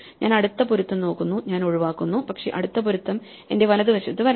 ഞാൻ അടുത്ത പൊരുത്തം നോക്കുന്നു ഞാൻ ഒഴിവാക്കുന്നു പക്ഷേ അടുത്ത പൊരുത്തം എന്റെ വലതുവശത്തു വരണം